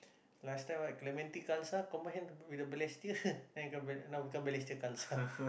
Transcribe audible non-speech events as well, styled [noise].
last time ah Clementi Khalsa combine with the Balestier [laughs] now now become Balestier-Khalsa